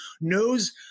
knows